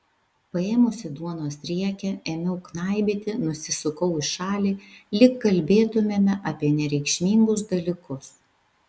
paėmusi duonos riekę ėmiau knaibyti nusisukau į šalį lyg kalbėtumėme apie nereikšmingus dalykus